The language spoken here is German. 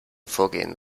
vorgehen